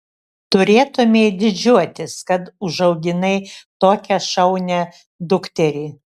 turėtumei didžiuotis kad užauginai tokią šaunią dukterį